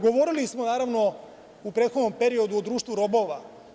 Govorili smo, naravno, u prethodnom periodu o društvu robova.